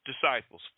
disciples